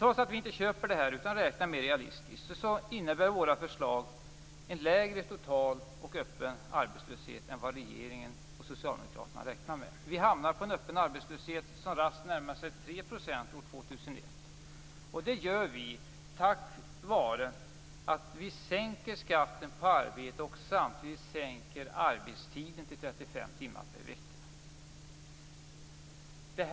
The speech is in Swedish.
Trots att vi inte köper det här utan räknar mer realistiskt, innebär våra förslag en lägre total och öppen arbetslöshet än vad regeringen och socialdemokraterna räknar med. Det gör vi tack vare att vi sänker skatten på arbete och samtidigt sänker arbetstiden till 35 timmar per vecka.